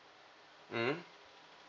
mm